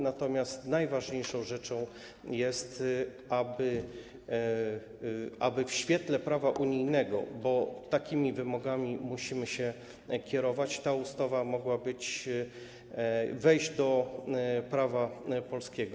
Natomiast najważniejszą rzeczą jest to, aby w świetle prawa unijnego, bo takimi wymogami musimy się kierować, ta ustawa mogła wejść do prawa polskiego.